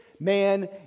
Man